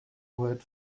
word